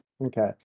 Okay